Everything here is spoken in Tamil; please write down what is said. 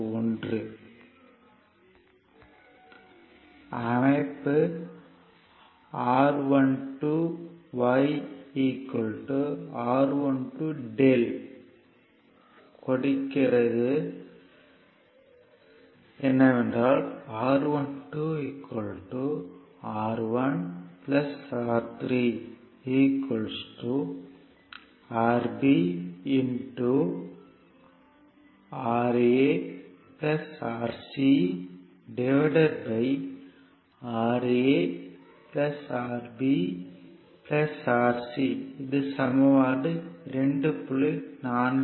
41 அமைப்பு R12 R12 Δ கொடுக்கிறது R12 R1 R3 Rb Ra RcRa Rb Rc 2